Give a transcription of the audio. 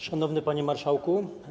Szanowny Panie Marszałku!